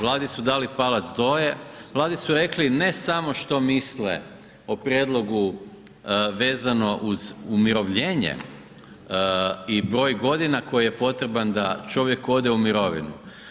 Vladi su dali palac dolje, Vladi su rekli ne samo što misle o prijedlogu vezano uz umirovljenje i broj godina koji je potreban da čovjek ode u mirovinu.